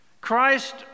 Christ